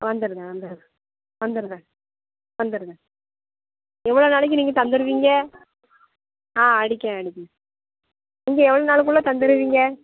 வந்துருறேன் வந்துருறேன் வந்துருறேன் வந்துருறேன் எவ்வளோ நாளைக்கு தந்துடுவீங்க ஆ அடிக்கேன் அடிக்கேன் நீங்கள் எவ்வளோ நாளுக்குள்ளே தந்துடுவீங்க